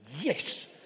Yes